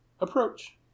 approach